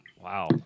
Wow